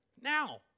Now